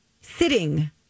sitting